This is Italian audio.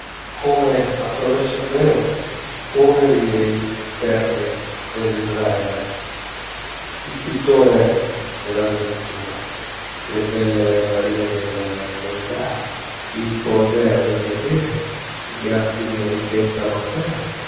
come a traverso un velo i poveri e gli infermi dell'israels il pittore della sventura le belle marine del mesdag i polders del gabriel i gatti di enrichetta